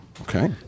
Okay